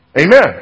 Amen